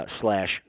Slash